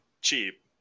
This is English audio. cheap